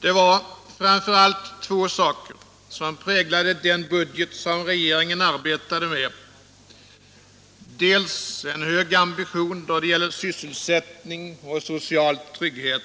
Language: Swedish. Det var framför allt två saker som präglade den budget regeringen arbetade med: dels en hög åmbition då det gäller sysselsättning och social trygghet,